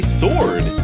sword